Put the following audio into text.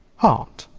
heart,